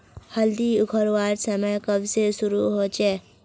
हल्दी उखरवार समय कब से शुरू होचए?